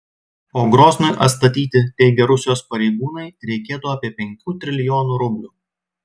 o groznui atstatyti teigia rusijos pareigūnai reikėtų apie penkių trilijonų rublių